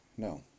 No